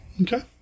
Okay